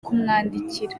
kumwandikira